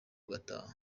ugataha